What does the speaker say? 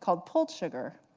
called pulled sugar.